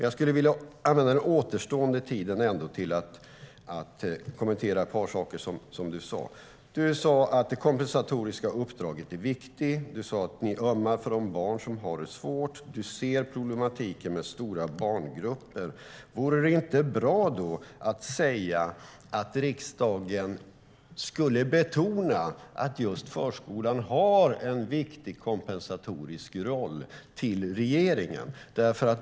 Jag skulle ändå vilja kommentera ett par saker som du sade, Camilla. Du sade att det kompensatoriska uppdraget är viktigt. Du sade att ni ömmar för de barn som har det svårt. Du ser problematiken med stora barngrupper. Vore det då inte bra att säga till regeringen att riksdagen betonar att just förskolan har en viktig kompensatorisk roll?